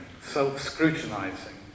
self-scrutinizing